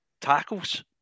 tackles